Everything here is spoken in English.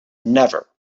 never